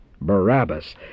Barabbas